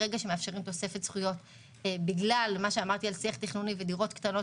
ברגע שמאפשרים תוספת זכויות בגלל שיח תכנוני ודירות קטנות